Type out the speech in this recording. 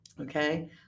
Okay